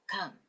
come